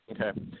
okay